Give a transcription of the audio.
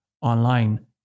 online